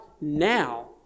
now